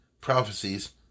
prophecies